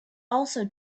also